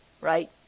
right